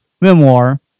memoir